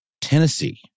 tennessee